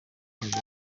agaruka